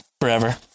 forever